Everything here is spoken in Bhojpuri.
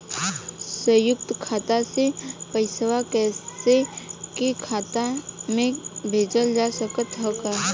संयुक्त खाता से पयिसा कोई के खाता में भेजल जा सकत ह का?